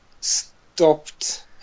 stopped